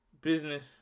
business